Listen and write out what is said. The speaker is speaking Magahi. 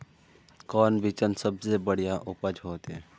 कौन बिचन सबसे बढ़िया उपज होते?